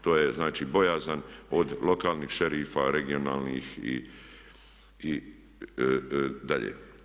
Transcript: To je znači bojazan od lokalnih šerifa, regionalnih i dalje.